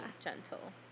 gentle